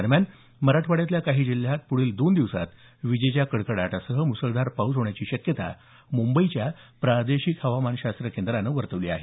दरम्यान मराठवाड्यातल्या काही जिल्ह्यात पुढील दोन दिवसांत विजेच्या कडकडाटासह मुसळधार पाऊस पडण्याची शक्यता मुंबईच्या प्रादेशिक हवामानशास्त्र केंद्रानं वर्तवली आहे